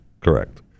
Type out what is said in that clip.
Correct